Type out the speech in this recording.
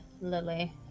Lily